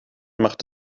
macht